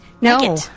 No